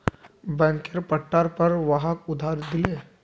बैंकेर पट्टार पर वहाक उधार दिले